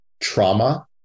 trauma